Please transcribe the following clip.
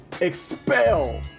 expel